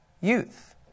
youth